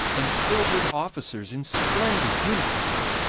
and filled with officers in splendid uniforms,